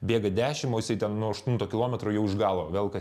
bėga dešimt o jisai ten nuo aštuonto kilometro jau iš galo velkas